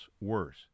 worse